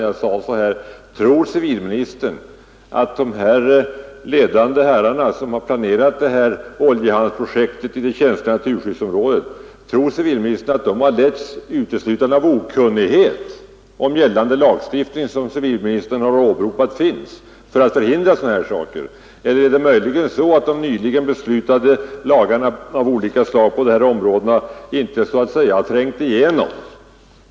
Jag frågade nämligen: Tror civilministern att de ledande herrar som har planerat detta oljehamnsprojekt till detta känsliga naturskyddsområde har letts uteslutande av okunnighet om gällande lagstiftning som civilministern har åberopat finns för att förhindra sådana här saker? Eller är det möjligen så att kännedomen om de nyligen beslutade lagarna av olika slag ännu inte har trängt igenom?